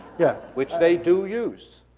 yeah which they do use.